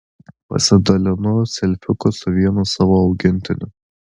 pasidalinu selfiuku su vienu savo augintiniu